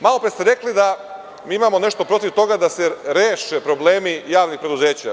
Malopre ste rekli da imamo nešto protiv toga da se reše problemi javnih preduzeća.